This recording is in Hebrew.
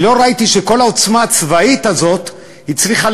אני לא ראיתי שכל העוצמה הצבאית הזאת הצליחה